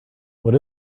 what